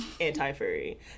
Anti-furry